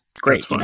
great